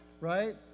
right